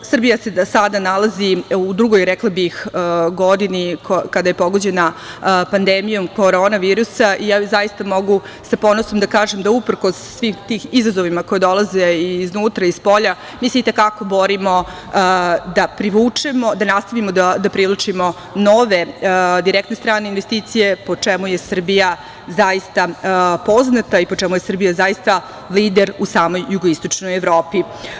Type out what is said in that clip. Srbija se sada nalazi u drugoj, rekla bih godini, kada je pogođena pandemijom korona virusa i mogu sa ponosom da kažem da uprkos svim tim izazovima koje dolaze iznutra i spolja, mi se ti te kako borimo da privučemo, da nastavimo da priličimo nove direktne strane investicije po čemu je Srbija zaista poznata i po čemu je Srbija zaista lider u samoj Jugoistočnoj Evropi.